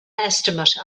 estimate